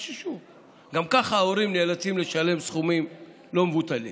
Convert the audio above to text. גם ככה ההורים נאלצים לשלם סכומים לא מבוטלים.